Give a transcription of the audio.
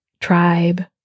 tribe